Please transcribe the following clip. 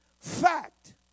fact